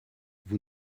vous